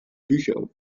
bücher